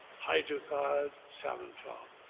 hydro-powered salmon farm,